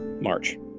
march